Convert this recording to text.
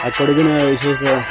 ಆ ಕೊಡಗಿನ ವಿಶೇಷ